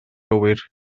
gywir